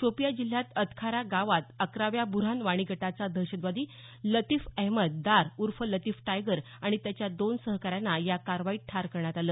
शोपिया जिल्ह्यात अदखारा गावात अकराव्या ब्र् हान वाणी गटाचा दहशतवादी लतीफ अहमद दार उर्फ लतीफ टायगर आणि त्याच्या दोन सहकाऱ्यांना या कारवाईत ठार करण्यात आलं